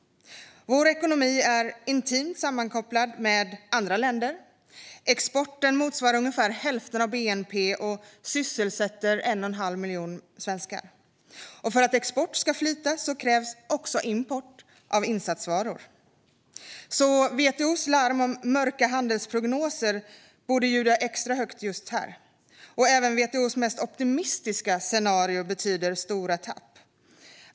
Vår ekonomi är intimt sammankopplad med andra länder. Exporten motsvarar ungefär hälften av bnp och sysselsätter 1 1⁄2 miljon svenskar. För att exporten ska flyta krävs också import av insatsvaror. WTO:s larm om mörka handelsprognoser borde därför ljuda extra högt just här. Även WTO:s mest optimistiska scenario betyder stora tapp.